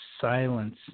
silence